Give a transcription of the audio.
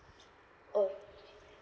oh